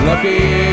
Lucky